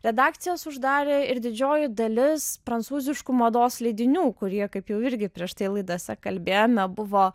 redakcijas uždarė ir didžioji dalis prancūziškų mados leidinių kurie kaip jau irgi prieš tai laidose kalbėjome buvo